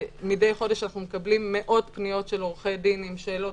מדי חודש אנחנו מקבלים מאות פניות של עורכי דין עם שאלות